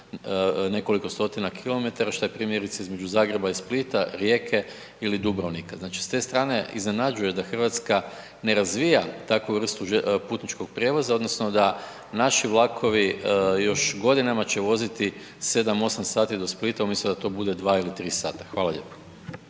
nekoliko stotina kilometara šta je primjerice između Zagreba i Splita, Rijeka ili Dubrovnika. Znači s te strane iznenađuje da Hrvatska ne razvija takvu vrstu putničkog prijevoza odnosno da naši vlakovi još godinama će voziti 7-8 sati do Splita umjesto da to bude 2 ili 3 sata. Hvala lijepo.